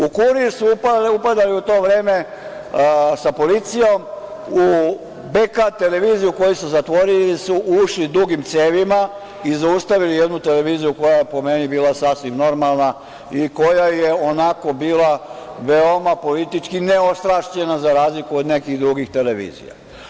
U „Kurir“ su upadali u to vreme sa policijom, u „BK televiziju“ koju su zatvorili su ušli dugim cevima i zaustavili jednu televiziju koja je, po meni, bila sasvim normalna i koja je, onako, bila veoma politički neostrašćena, za razliku od nekih drugih televizija.